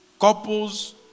couples